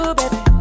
baby